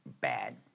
Bad